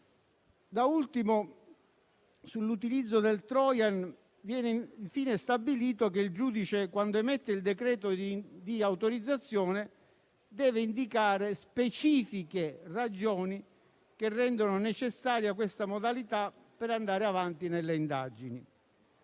Da ultimo, sull'utilizzo del *trojan*, viene stabilito che il giudice, quando emette il decreto di autorizzazione, deve indicare specifiche ragioni che rendono necessaria questa modalità per andare avanti nelle indagini.